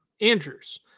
Andrews